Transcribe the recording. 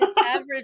average